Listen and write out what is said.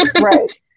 right